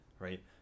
right